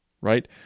right